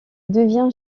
devient